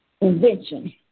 invention